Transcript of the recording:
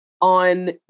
on